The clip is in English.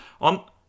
On